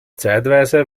zeitweise